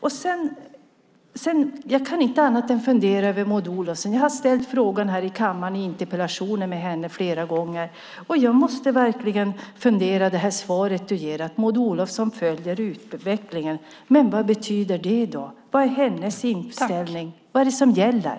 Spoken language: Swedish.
Sedan kan jag inte annat än fundera över Maud Olofsson. Jag har ställt frågan till henne i interpellationsdebatter i kammaren flera gånger. Jag måste verkligen fundera över det svar Jan Andersson ger, att Maud Olofsson följer utvecklingen. Vad betyder det? Vad är hennes inställning? Vad är det som gäller?